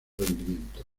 rendimiento